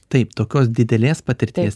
taip tokios didelės patirties